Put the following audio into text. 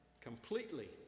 completely